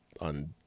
on